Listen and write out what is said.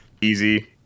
easy